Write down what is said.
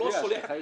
השגחה ישירה.